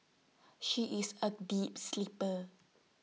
she is A deep sleeper